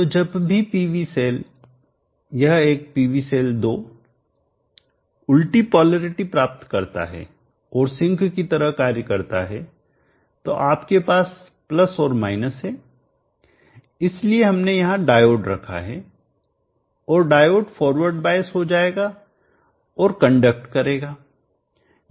तो जब भी PV सेल यह एक पीवी सेल 2 उल्टी पोलैरिटी प्राप्त करता है और सिंक की तरह कार्य करता है तो आपके पास और है इसलिए हमने यहां डायोड रखा है और डायोड फॉरवर्ड बायस हो जाएगा और कंडक्ट करेगा